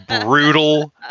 brutal